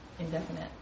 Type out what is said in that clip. indefinite